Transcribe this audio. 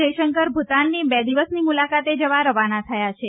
જયશંકર ભૂતાનની બે દિવસની મુલાકાતે જવા રવાના થયા છે